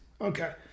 Okay